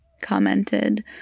commented